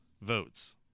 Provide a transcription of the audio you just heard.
votes